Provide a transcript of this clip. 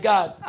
God